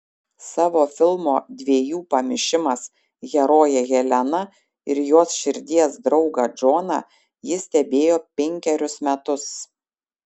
savo filmo dviejų pamišimas heroję heleną ir jos širdies draugą džoną ji stebėjo penkerius metus